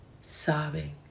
sobbing